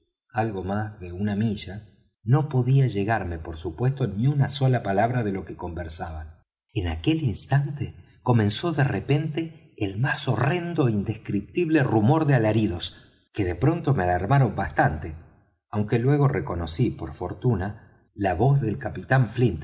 ellos algo más de una milla no podía llegarme por supuesto ni una sola palabra de lo que conversaban en aquel instante comenzó de repente el más horrendo é indescriptible rumor de alaridos que de pronto me alarmaron bastante aunque luego reconocí por fortuna la voz de capitán